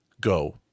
Go